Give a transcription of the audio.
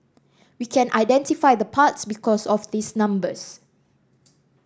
we can identify the parts because of these numbers